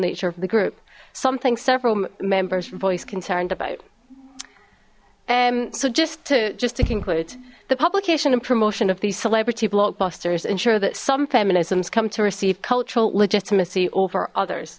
nature of the group something several members voice concerned about and so just to just to conclude the publication and promotion of these celebrity blockbusters ensure that some feminism's come to receive cultural legitimacy over others